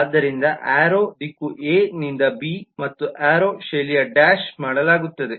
ಆದ್ದರಿಂದ ಏರೋ ದಿಕ್ಕು ಎ ನಿಂದ ಬಿ ಮತ್ತು ಏರೋ ಶೈಲಿಯನ್ನು ಡ್ಯಾಶ್ ಮಾಡಲಾಗುತ್ತದೆ